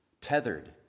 Tethered